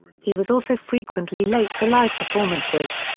he was also frequently late for live performances.